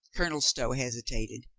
colonel stow hesitated.